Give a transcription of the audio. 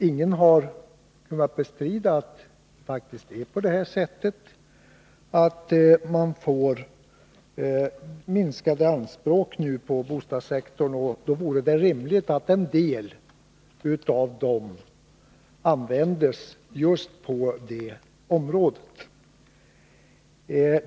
Ingen har kunnat bestrida att det nu faktiskt är fråga om minskade anspråk på bostadssektorn, och det vore därför rimligt att en del av inbesparingarna användes just på det området.